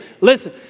listen